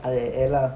அதுஏனா:adhu enda